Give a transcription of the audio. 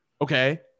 Okay